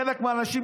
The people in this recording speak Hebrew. חלק מאנשים,